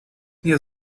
nie